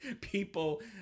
people